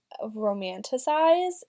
romanticize